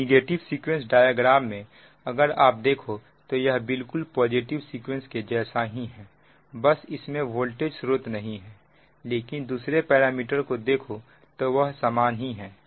तो negative sequence diagram में अगर आप देखो तो यह बिल्कुल पॉजिटिव सीक्वेंस के जैसा ही है बस इसमें वोल्टेज स्रोत नहीं है लेकिन दूसरे पैरामीटर को देखो तो वह समान ही है